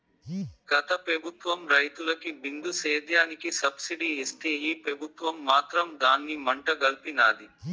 గత పెబుత్వం రైతులకి బిందు సేద్యానికి సబ్సిడీ ఇస్తే ఈ పెబుత్వం మాత్రం దాన్ని మంట గల్పినాది